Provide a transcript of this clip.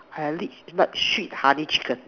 I li~ like sweet honey chicken